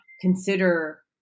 Consider